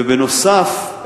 ובנוסף,